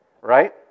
Right